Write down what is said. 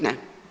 Ne.